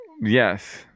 Yes